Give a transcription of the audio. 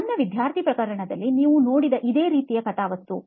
ನನ್ನ ವಿದ್ಯಾರ್ಥಿ ಪ್ರಕರಣದಲ್ಲಿ ನೀವು ನೋಡಿದ ಇದೇ ರೀತಿಯ ಕಥಾವಸ್ತು